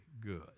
good